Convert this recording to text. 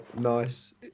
nice